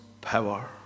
power